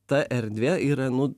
ta erdvė yra nu